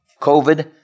COVID